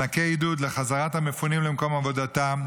מענקי עידוד לחזרת המפונים למקום עבודתם,